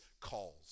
calls